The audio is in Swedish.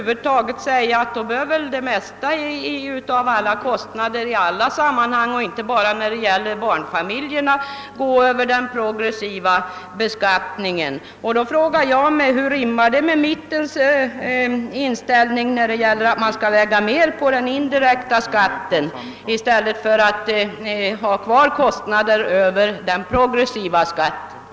Varför skall inte kostnaderna i alla sammanhang betalas över den progressiva beskattningen? Men då frågar jag mig: Hur rimmar detta med mittenpartiernas inställning, att man skall öka den indirekta skatten på bekostnad av den progressiva beskattningen?